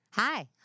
Hi